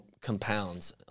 compounds